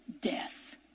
death